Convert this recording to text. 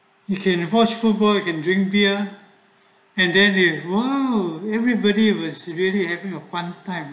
you can watch football you can drink beer and then it !whoa! everybody was really having a fun time